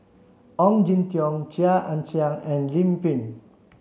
Ong Jin Teong Chia Ann Siang and Lim Pin